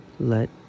let